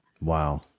Wow